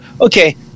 okay